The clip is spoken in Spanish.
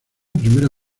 primera